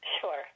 Sure